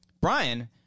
Brian